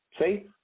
See